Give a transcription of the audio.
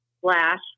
slash